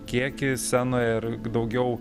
kiekį scenoje ir daugiau